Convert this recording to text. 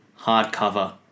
hardcover